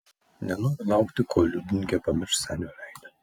nenoriu laukti kol liudininkė pamirš senio veidą